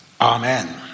Amen